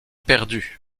perdu